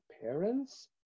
parents